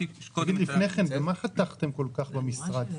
--- לפני כן, על מה חתכתם כל כך במשרד?